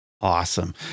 Awesome